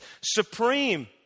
supreme